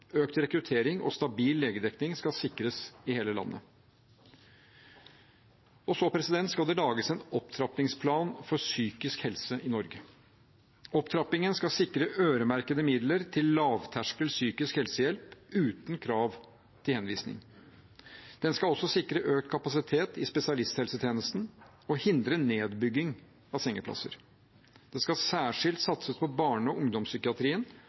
Økt rekruttering og stabil legedekning skal sikres i hele landet. Det skal også lages en opptrappingsplan for psykisk helse i Norge. Opptrappingen skal sikre øremerkede midler til lavterskel psykisk helsehjelp uten krav til henvisning. Den skal også sikre økt kapasitet i spesialisthelsetjenesten og hindre nedbygging av sengeplasser. Det skal særskilt satses på barne- og ungdomspsykiatrien